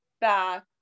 back